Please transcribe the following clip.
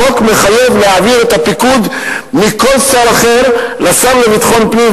החוק מחייב להעביר את הפיקוד מכל שר אחר לשר לביטחון פנים,